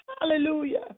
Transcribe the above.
Hallelujah